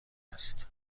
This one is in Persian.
است